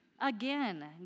Again